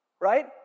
Right